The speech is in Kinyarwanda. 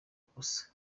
ubusa